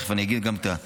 ותכף אני אגיד את המספרים,